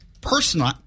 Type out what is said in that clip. personal